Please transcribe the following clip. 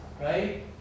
right